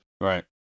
Right